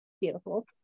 beautiful